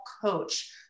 coach